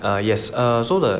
ah yes err so the